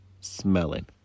smelling